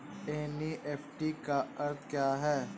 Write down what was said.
NEFT का अर्थ क्या है?